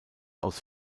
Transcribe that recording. aus